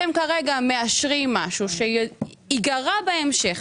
אתם כרגע מאשרים משהו שייגרע בהמשך.